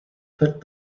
put